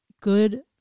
good